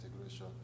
integration